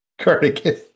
cardigan